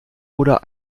oder